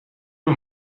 نوع